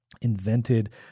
invented